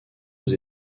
aux